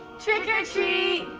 trick or treat!